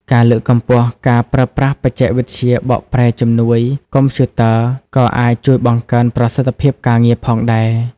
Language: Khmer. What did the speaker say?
ការលើកកម្ពស់ការប្រើប្រាស់បច្ចេកវិទ្យាបកប្រែជំនួយកុំព្យូទ័រ ក៏អាចជួយបង្កើនប្រសិទ្ធភាពការងារផងដែរ។